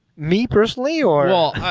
me personally or